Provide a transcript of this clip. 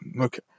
okay